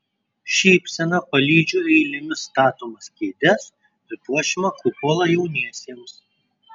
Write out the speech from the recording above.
šypsena palydžiu eilėmis statomas kėdes ir puošiamą kupolą jauniesiems